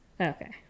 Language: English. Okay